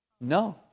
No